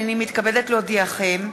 הנני מתכבדת להודיעכם,